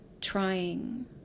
trying